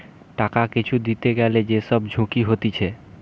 টাকা কিছু দিতে গ্যালে যে সব ঝুঁকি হতিছে